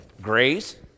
Grace